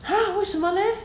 !huh! 为什么 leh